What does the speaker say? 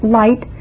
light